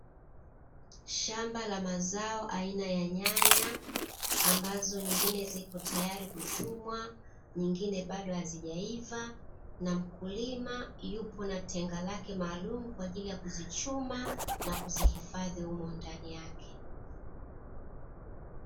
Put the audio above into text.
Shamba la mazao aina ya nyanya ambazo nyingine zipo tayari kuchumwa nyingine bado hazijaiva, na mkulima yupo na tenga lake maalumu kwa ajili ya kuzichuma na kuzihifadhi humo ndani yake.